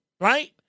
right